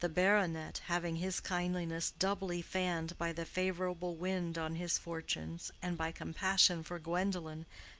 the baronet, having his kindliness doubly fanned by the favorable wind on his fortunes and by compassion for gwendolen,